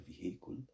vehicle